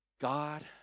God